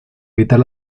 evitar